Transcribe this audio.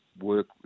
work